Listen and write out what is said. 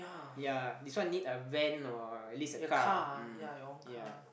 ya this one need a van or at least a car mm ya